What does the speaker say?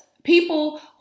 People